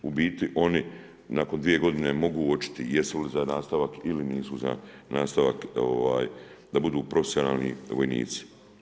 U biti oni nakon dvije godine mogu uočiti jesu li za nastavak ili nisu za nastavak da budu profesionalni vojnici.